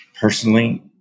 personally